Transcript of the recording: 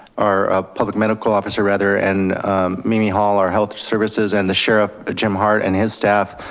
our ah public medical officer rather and mimi hall, our health services and the sheriff jim hart and his staff.